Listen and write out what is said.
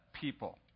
people